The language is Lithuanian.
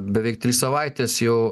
beveik trys savaitės jau